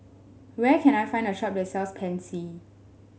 where can I find a shop that sells Pansy